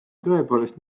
tõepoolest